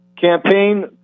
campaign